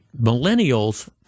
millennials